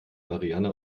marianne